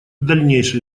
дальнейший